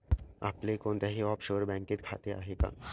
आपले कोणत्याही ऑफशोअर बँकेत खाते आहे का?